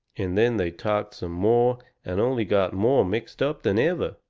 and then they talked some more and only got more mixed up than ever.